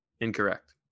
Incorrect